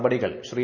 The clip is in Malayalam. നടപടികൾ ശ്രീ